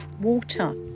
water